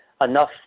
enough